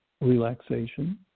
relaxation